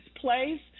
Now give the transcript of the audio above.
place